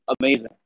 amazing